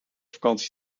vakantie